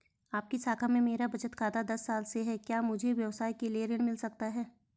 आपकी शाखा में मेरा बचत खाता दस साल से है क्या मुझे व्यवसाय के लिए ऋण मिल सकता है?